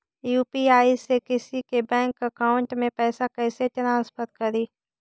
UPI से किसी के बैंक अकाउंट में पैसा कैसे ट्रांसफर करी?